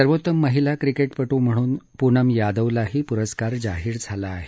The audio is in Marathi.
सर्वोत्तम महिला क्रिकेटपटू म्हणून पूनम यादवलाही पुरस्कार जाहीर झाला आहे